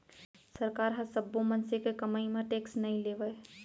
सरकार ह सब्बो मनसे के कमई म टेक्स नइ लेवय